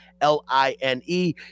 L-I-N-E